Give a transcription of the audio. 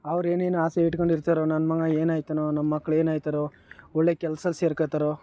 ಅವ್ರು ಏನೇನು ಆಸೆ ಇಟ್ಕೊಂಡು ಇರ್ತಾರೋ ನನ್ನ ಮಗ ಏನು ಆಗ್ತಾನೋ ನಮ್ಮ ಮಕ್ಕಳು ಏನು ಆಗ್ತಾರೋ ಒಳ್ಳೆ ಕೆಲಸ ಸೇರ್ಕೊಳ್ತಾರೋ